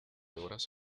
horas